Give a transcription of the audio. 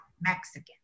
Mexican